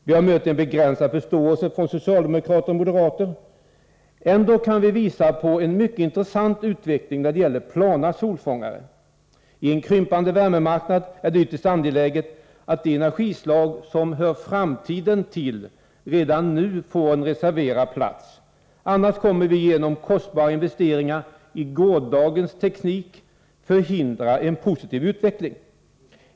Vi har mött en begränsad förståelse från socialdemokrater och moderater. Ändå kan vi visa på en mycket intressant utveckling när det gäller plana solfångare. I en krympande värmemarknad är det ytterst angeläget att de energislag som hör framtiden till redan nu får en reserverad plats. Annars kommer vi genom kostbara investeringar i gårdagens teknik att förhindra en positiv utveckling.